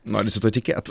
norisi tuo tikėt